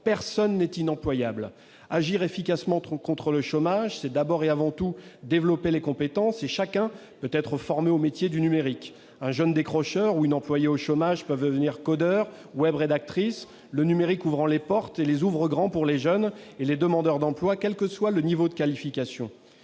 personne n'est inemployable. Agir efficacement contre le chômage, c'est d'abord et avant tout développer les compétences, et chacun peut être ainsi formé aux métiers du numérique. Un jeune décrocheur ou une employée au chômage peuvent devenir codeur ou web rédactrice, car le numérique ouvre les portes et les ouvre grand pour les jeunes et les demandeurs d'emploi, quel que soit leur niveau de qualification.